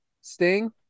Sting